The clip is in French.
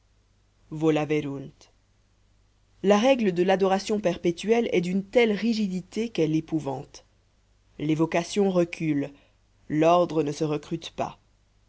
volaverunt la règle de l'adoration perpétuelle est d'une telle rigidité qu'elle épouvante les vocations reculent l'ordre ne se recrute pas